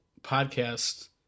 podcast